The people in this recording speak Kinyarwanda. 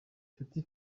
nshuti